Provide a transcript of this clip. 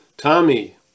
Tommy